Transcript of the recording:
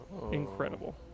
Incredible